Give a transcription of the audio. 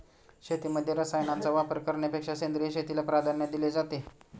शेतीमध्ये रसायनांचा वापर करण्यापेक्षा सेंद्रिय शेतीला प्राधान्य दिले जाते